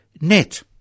net